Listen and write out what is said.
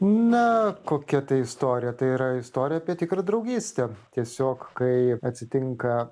na kokia tai istorija tai yra istorija apie tikrą draugystę tiesiog kai atsitinka